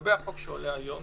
לגבי החוק שעולה היום